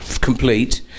Complete